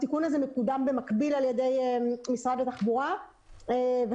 התיקון הזה מקודם במקביל על ידי משרד התחבורה וחשוב